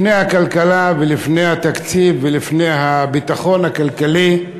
לפני הכלכלה ולפני התקציב ולפני הביטחון הכלכלי,